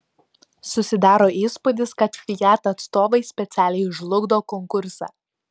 susidaro įspūdis kad fiat atstovai specialiai žlugdo konkursą